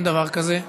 אין דבר כזה.